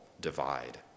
divide